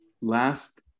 last